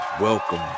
welcome